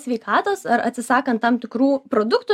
sveikatos ar atsisakant tam tikrų produktų